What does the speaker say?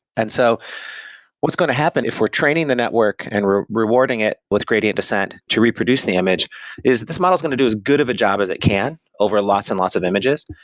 and so what's going to happen if we're training the network and we're rewarding it with gradient descent to reproduce the image is this model is going to do as good of a job as it can over lots and lots of images.